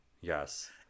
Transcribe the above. yes